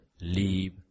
leave